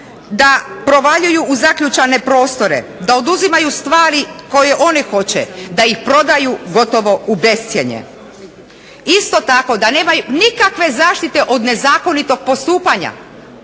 da provaljuju u zaključane prostore, da oduzimaju stvari koje oni hoće, da ih prodaju gotovo u bescjenje. Isto tako da nemaju nikakve zaštite od nezakonitog postupanja.